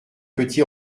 petit